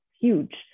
huge